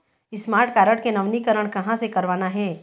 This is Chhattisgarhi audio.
स्मार्ट कारड के नवीनीकरण कहां से करवाना हे?